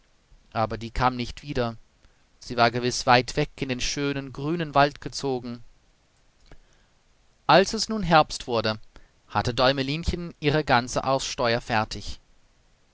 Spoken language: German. aber die kam nicht wieder sie war gewiß weit weg in den schönen grünen wald gezogen als es nun herbst wurde hatte däumelinchen ihre ganze aussteuer fertig